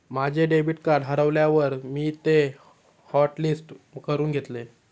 माझे debit card हरवल्यावर मी ते हॉटलिस्ट करून घेतले